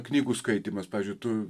knygų skaitymas pavyzdžiui tu